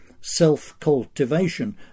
self-cultivation